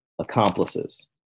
accomplices